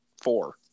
four